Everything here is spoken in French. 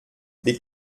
des